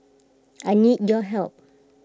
I need your help